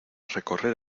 recorrer